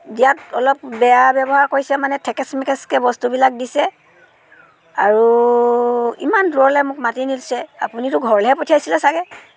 দিয়াত অলপ বেয়া ব্যৱহাৰ কৰিছে মানে ঠেকেচ মেকেচকৈ বস্তুবিলাক দিছে আৰু ইমান দূৰলৈ মোক মাতি নিছে আপুনিতো ঘৰলৈহে পঠিয়াইছিলে চাগে